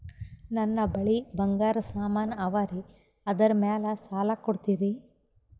ನನ್ನ ಬಳಿ ಬಂಗಾರ ಸಾಮಾನ ಅವರಿ ಅದರ ಮ್ಯಾಲ ಸಾಲ ಕೊಡ್ತೀರಿ?